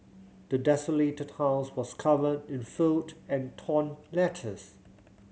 the desolated house was covered in filth and torn letters